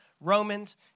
Romans